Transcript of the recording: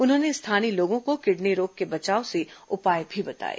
उन्होंने स्थानीय लोगों को किडनी रोग से बचाव के उपाय भी बताएं